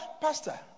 pastor